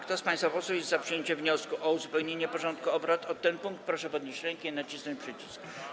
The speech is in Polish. Kto z państwa posłów jest za przyjęciem wniosku o uzupełnieniu porządku obrad o ten punkt, proszę podnieść rękę i nacisnąć przycisk.